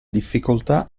difficoltà